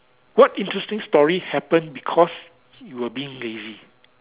what interesting story happen because you were being lazy